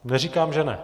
Neříkám, že ne.